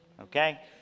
Okay